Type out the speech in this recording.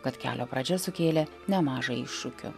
kad kelio pradžia sukėlė nemaža iššūkių